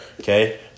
Okay